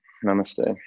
Namaste